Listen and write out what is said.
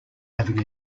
having